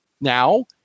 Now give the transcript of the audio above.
now